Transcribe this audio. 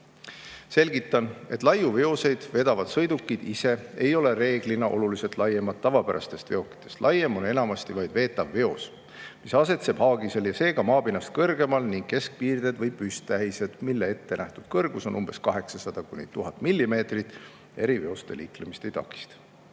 Selgitan, et laiu veoseid vedavad sõidukid ise ei ole reeglina oluliselt laiemad tavapärastest veokitest. Laiem on enamasti vaid veetav veos, mis asetseb haagisel ja seega maapinnast kõrgemal, ning keskpiirded või püsttähised, mille ettenähtud kõrgus on umbes 800–1000 millimeetrit, eriveoste liiklemist ei takista.